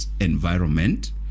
environment